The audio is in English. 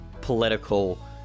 political